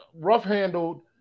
rough-handled